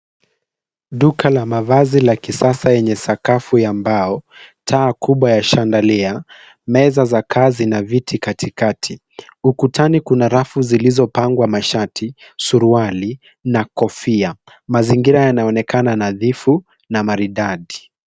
Duka la mavazi la kisasa yenye sakafu ya mbao, taa kubwa ya shandalia meza za kazi na viti katikati. Ukutani kuna rafu zilizo pangwa mashati, suruali na kofia. Mazingira yanaonekana nadhifu na maridadi.